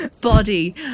body